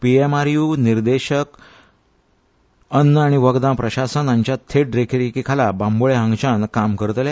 पीएमआरयू निर्देशक अन्न आनी वखदां प्रशासन हांचे थेट देखरेखी खाला बांबोळे हांगाच्यान काम करतले